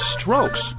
strokes